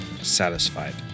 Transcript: satisfied